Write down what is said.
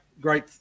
great